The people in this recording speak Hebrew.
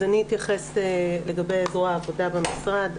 אז אני אתייחס לגבי זרוע העבודה במשרד.